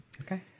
Okay